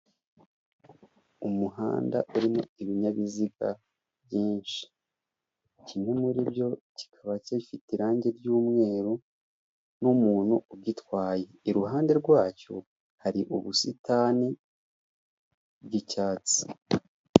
Umuhanda urimo ibinyabiziga byinshi, kimwe muri byo kikaba kifite irangi ry'umweru n'umuntu ugitwaye, iruhande rwacyo hari ubusitani bw'icyatsi.